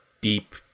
deep